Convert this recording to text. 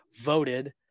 voted